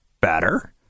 better